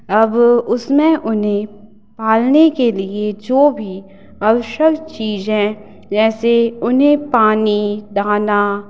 अब उसमें उन्हें पालने के लिए जो भी आवश्यक चीज़ें जैसे उन्हें पानी दाना